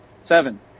Seven